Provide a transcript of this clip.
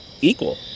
equal